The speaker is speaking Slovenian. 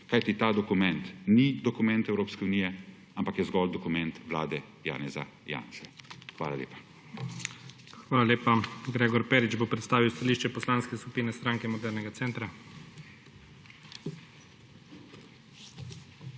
Kajti ta dokument ni dokument Evropske unije, ampak je zgolj dokument vlade Janeza Janše. Hvala lepa. **PREDSEDNIK IGOR ZORČIČ:** Hvala lepa. Gregor Perič bo predstavil stališče Poslanske skupine Stranke modernega centra.